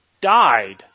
died